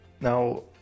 Now